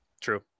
true